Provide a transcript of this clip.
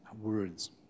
words